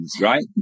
right